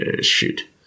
shoot